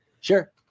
Sure